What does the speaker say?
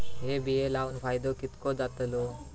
हे बिये लाऊन फायदो कितको जातलो?